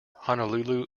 honolulu